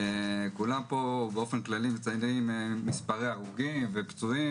כולם מציינים מספרי הרוגים ופצועים,